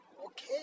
Okay